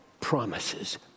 promises